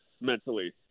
mentally